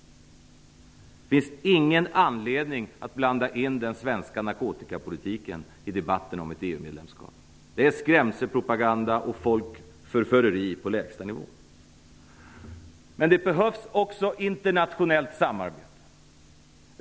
Det finns ingen anledning att blanda in den svenska narkotikapolitiken i debatten om ett EU-medlemskap. Det är skrämselpropaganda och folkförföreri på lägsta nivå. Det behövs också internationellt samarbete.